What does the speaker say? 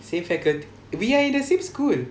same faculty we are in the same school